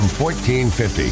1450